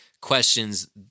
questions